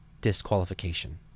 disqualification